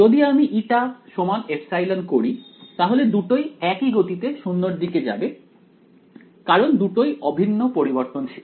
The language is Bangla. যদি আমি η ε করি তাহলে দুটোই একই গতিতে 0 এর দিকে যাবে কারণ দুটোই অভিন্ন পরিবর্তনশীল